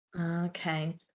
okay